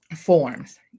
forms